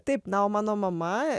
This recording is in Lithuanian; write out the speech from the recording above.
taip na o mano mama